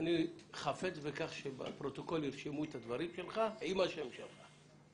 כי אני חפץ בכך שבפרוטוקול ירשמו את הדברים שלך עם השם שלך.